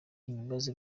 ibibazo